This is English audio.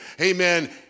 amen